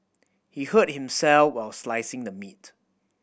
he hurt himself while slicing the meat